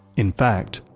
in fact,